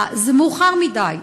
זה מאוחר מדי.